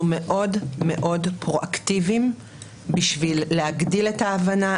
אנחנו מאוד מאוד פרואקטיביים בשביל להגדיל את ההבנה.